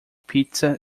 pizza